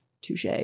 Touche